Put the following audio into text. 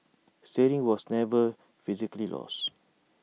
steering was never physically lost